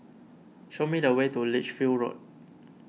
show me the way to Lichfield Road